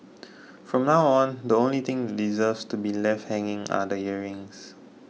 from now on the only thing deserves to be left hanging are the earrings